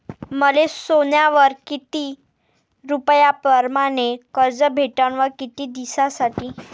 मले सोन्यावर किती रुपया परमाने कर्ज भेटन व किती दिसासाठी?